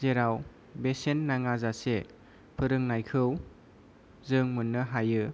जेराव बेसेन नाङा जासे फोरोंनायखौ जों मोन्नो हायो